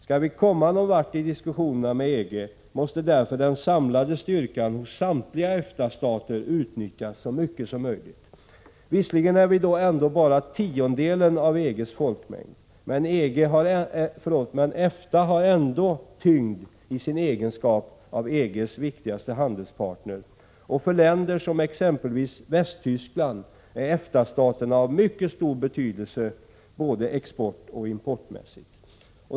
Skall vi komma någon vart i diskussionerna med EG måste därför den samlade styrkan av samtliga EFTA-stater utnyttjas så mycket som möjligt. Visserligen är vi då ändå bara tiondelen av EG:s folkmängd, men EFTA har ändå tyngd i sin egenskap av EG:s viktigaste handelspartner, och för länder som Västtyskland är EFTA-staterna av mycket stor betydelse både exportoch importmässigt.